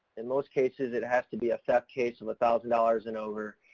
in most cases it has to be a theft case of a thousand dollars and over,